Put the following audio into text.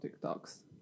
TikToks